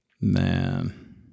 Man